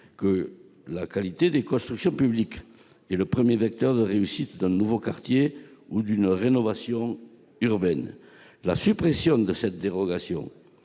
la qualité des constructions publiques est le premier vecteur de réussite d'un nouveau quartier ou d'une rénovation urbaine. La suppression de cette dérogation